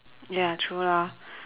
ya true lah